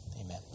Amen